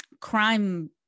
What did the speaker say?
crime